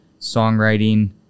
songwriting